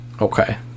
Okay